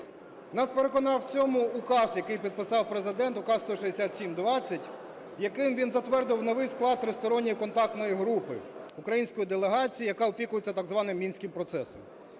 Нас переконав у цьому указ, який підписав Президент, Указ 167/20, яким він затвердив новий склад Тристоронньої контактної групи української делегації, яка опікується так званим мінським процесом.